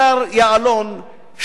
השר יעלון,